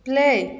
play